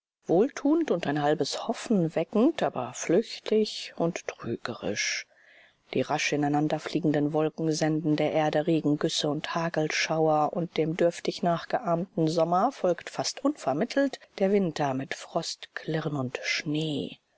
wohltuend und ein halbes hoffen weckend aber flüchtig und trügerisch die rasch ineinanderfliegenden wolken senden der erde regengüsse und hagelschauer und dem dürftig nachgeahmten sommer folgt fast unvermittelt der winter mit frostklirren und schnee